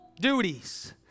duties